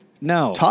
no